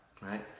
right